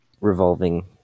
revolving